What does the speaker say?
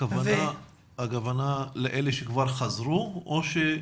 הכוונה לאלה שכבר חזרו ללמוד?